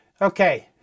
Okay